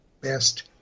best